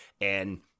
And-